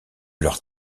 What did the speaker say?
leur